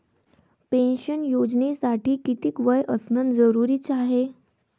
Pension योजनेसाठी कितीक वय असनं जरुरीच हाय?